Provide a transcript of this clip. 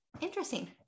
interesting